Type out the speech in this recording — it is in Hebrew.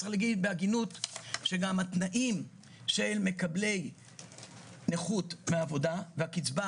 צריך לומר בהגינות שגם התנאים של מקבלי נכות מעבודה והקצבה